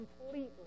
completely